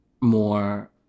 more